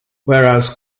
whereas